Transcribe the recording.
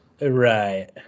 Right